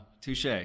Touche